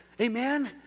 Amen